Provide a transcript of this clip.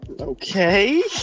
Okay